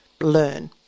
learn